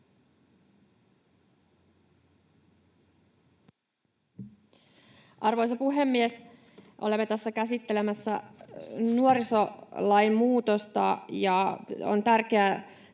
Arvoisa puhemies! Olemme tässä käsittelemässä nuorisolain muutosta, ja meidän on tärkeää